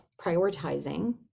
prioritizing